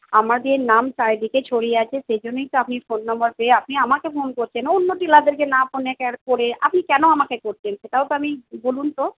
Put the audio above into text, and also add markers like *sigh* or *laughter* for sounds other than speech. আমাদের নাম চারিদিকে ছড়িয়ে আছে সেইজন্যই তো আপনি ফোন নম্বর পেয়ে আপনি আমাকে ফোন করছেন অন্য টেলারদেরকে না ফোনে *unintelligible* করে আপনি কেন আমাকে করছেন সেটাও তো আমি বলুন তো